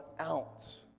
ounce